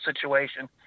situation